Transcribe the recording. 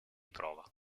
prova